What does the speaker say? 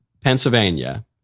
Pennsylvania